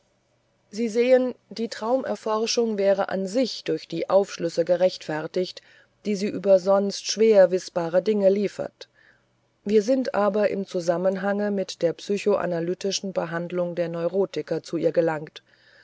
sie sehen die traumerforschung wäre an sich durch die aufschlüsse gerechtfertigt die sie über sonst schwer wißbare dinge liefert wir sind aber im zusammenhange mit der psychoanalytischen behandlung der neurotiker zu ihr gelangt